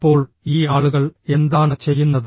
ഇപ്പോൾ ഈ ആളുകൾ എന്താണ് ചെയ്യുന്നത്